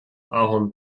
ahorn